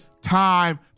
time